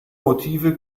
motive